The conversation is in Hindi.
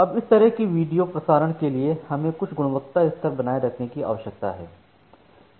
अब इस तरह के वीडियो प्रसारण के लिए हमें कुछ गुणवत्ता स्तर बनाए रखने की आवश्यकता है